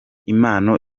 impano